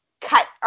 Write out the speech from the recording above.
cut